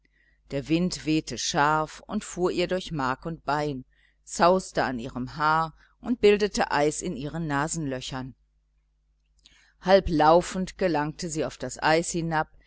der wind wehte scharf und fuhr ihr durch mark und bein zauste in ihrem haar und bildete eis in ihren nasenlöchern halb laufend gelangte sie auf das eis hinab